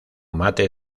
mate